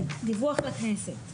דיווח לכנסת.